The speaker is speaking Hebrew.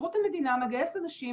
שירות המדינה מגייס אנשים,